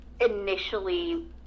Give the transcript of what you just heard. initially